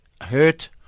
hurt